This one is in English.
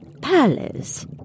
palace